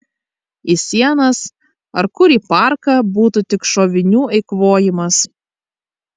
į sienas ar kur į parką būtų tik šovinių eikvojimas